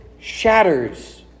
shatters